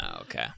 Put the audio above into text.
Okay